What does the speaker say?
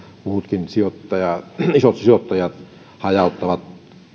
muutkin isot sijoittajat hajauttavat